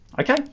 okay